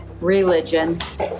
religions